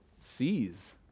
sees